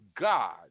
God